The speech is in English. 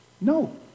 No